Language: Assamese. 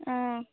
অঁ